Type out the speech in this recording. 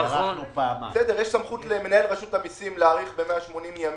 יש סמכות למנהל רשות המיסים להאריך ב-180 ימים.